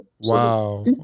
Wow